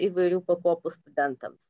įvairių pakopų studentams